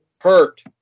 Hurt